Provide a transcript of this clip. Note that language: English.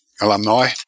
alumni